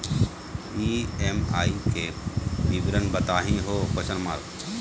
EMI के विवरण बताही हो?